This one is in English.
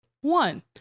One